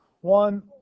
one